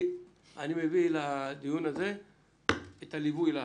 אני מביא לדיון הזה את הליווי.